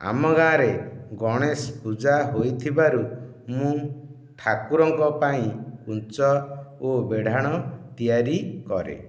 ଆମ ଗାଁରେ ଗଣେଶ ପୂଜା ହୋଇଥିବାରୁ ମୁଁ ଠାକୁରଙ୍କ ପାଇଁ କୁଞ୍ଚ ଓ ବେଢ଼ାଣ ତିଆରି କରେ